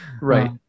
right